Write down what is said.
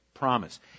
promise